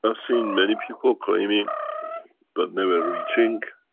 ah seen many people claiming but never reaching,